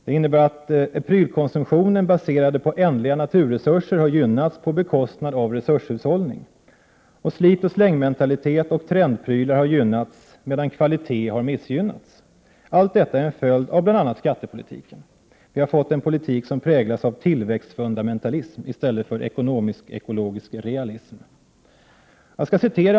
Det betyder att prylkonsumtionen baserad på ändliga naturresurser har gynnats på bekostnad av resurshushållning. Slit-och-släng-mentalitet och trendprylar har gynnats, medan kvalitet har missgynnats. Allt detta är en följd av bl.a. skattepolitiken. Vi har fått en politik som präglas av tillväxtfundamentalism i stället för ekonomisk-ekologisk realism.